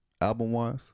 album-wise